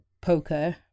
poker